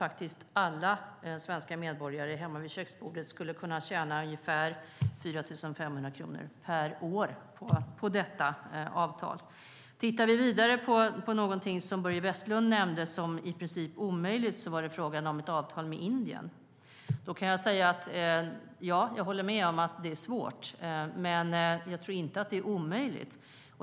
Alla svenska medborgare hemma vid köksbordet skulle kunna tjäna ungefär 4 500 kronor per år på ett sådant avtal. Börje Vestlund nämnde ett avtal med Indien som i princip omöjligt. Jag håller med om att det är svårt, men jag tror inte att det är omöjligt.